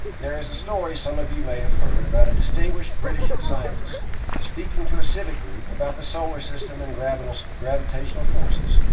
there is a story some of you may have heard about a distinguished british scientist speaking to a civic group about the solar system and gravitational gravitational forces,